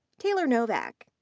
taylor novak.